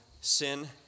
sin